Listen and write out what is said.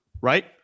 right